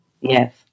Yes